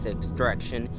Extraction